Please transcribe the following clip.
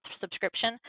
subscription